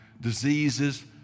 diseases